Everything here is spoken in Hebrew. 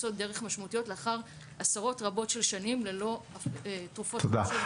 פריצות דרך משמעותיות לאחר עשרות רבות של שנים ללא תרופות --- תודה.